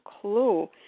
clue